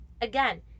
Again